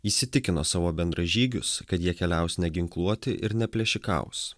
įsitikino savo bendražygius kad jie keliaus neginkluoti ir neplėšikaus